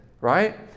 right